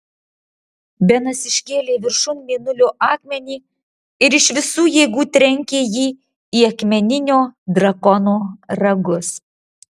benas iškėlė viršun mėnulio akmenį ir iš visų jėgų trenkė jį į akmeninio drakono ragus